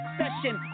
session